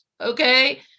Okay